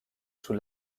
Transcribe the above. sous